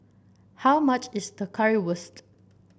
how much is Currywurst